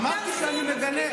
אמרתי שאני מגנה.